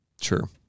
Sure